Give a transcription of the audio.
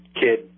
kid